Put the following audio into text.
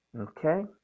Okay